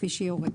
כפי שירה.